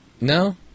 No